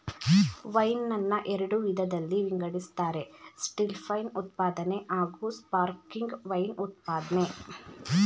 wine ನನ್ನ ಎರಡು ವಿಧದಲ್ಲಿ ವಿಂಗಡಿಸ್ತಾರೆ ಸ್ಟಿಲ್ವೈನ್ ಉತ್ಪಾದನೆ ಹಾಗೂಸ್ಪಾರ್ಕ್ಲಿಂಗ್ ವೈನ್ ಉತ್ಪಾದ್ನೆ